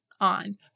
on